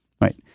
Right